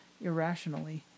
irrationally